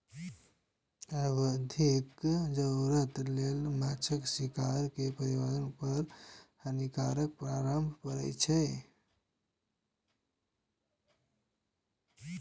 औद्योगिक जरूरत लेल माछक शिकार सं पर्यावरण पर हानिकारक प्रभाव पड़ै छै